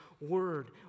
word